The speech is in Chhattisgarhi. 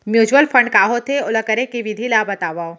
म्यूचुअल फंड का होथे, ओला करे के विधि ला बतावव